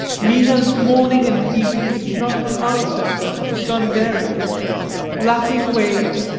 mina's morning and evening hypnotic answer is unvaried lapping waves,